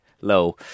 low